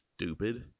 stupid